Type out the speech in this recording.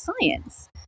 science